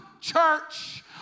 church